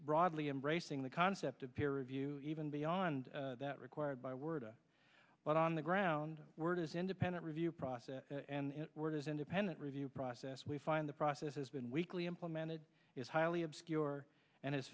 broadly embracing the concept of peer review even beyond that required by word but on the ground word is independent review process and where does independent review process we find the process has been weakly implemented is highly obscure and h